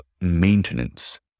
maintenance